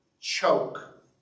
choke